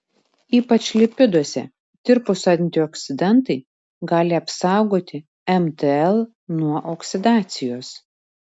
ypač lipiduose tirpūs antioksidantai gali apsaugoti mtl nuo oksidacijos